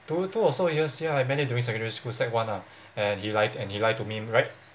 two two or so years ya I met him during secondary school sec one ah and he lied and he lied to me right